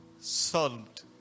solved